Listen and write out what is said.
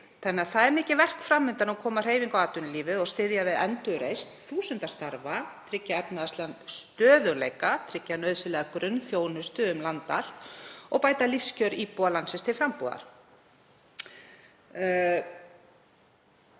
Það er því mikið verk fram undan að koma hreyfingu á atvinnulífið og styðja við endurreisn þúsunda starfa, tryggja efnahagslegan stöðugleika, tryggja nauðsynlega grunnþjónustu um land allt og bæta lífskjör íbúa landsins til frambúðar.